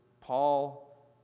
Paul